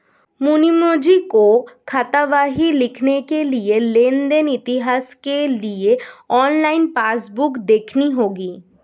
मुनीमजी को खातावाही लिखने के लिए लेन देन इतिहास के लिए ऑनलाइन पासबुक देखनी होगी